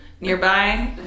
nearby